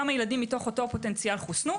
כמה ילדים מתוך הפוטנציאל חוסנו.